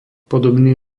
podobný